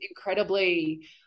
incredibly